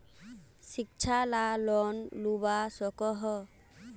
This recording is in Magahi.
शिक्षा ला लोन लुबा सकोहो?